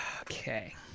Okay